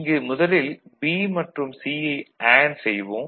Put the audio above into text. இங்கு முதலில் B மற்றும் C யை அண்டு செய்வோம்